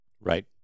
Right